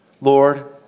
Lord